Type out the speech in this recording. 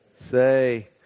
say